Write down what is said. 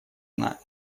она